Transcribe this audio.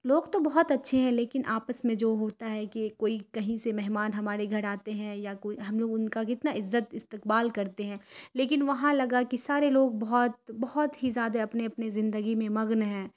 لوگ تو بہت اچھے ہیں لیکن آپس میں جو ہوتا ہے کہ کوئی کہیں سے مہمان ہمارے گھر آتے ہیں یا کوئی ہم لوگ ان کا کتنا عزت استقبال کرتے ہیں لیکن وہاں لگا کہ سارے لوگ بہت بہت ہی زیادہ اپنے اپنے زندگی میں مغن ہیں